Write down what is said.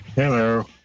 Hello